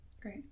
Great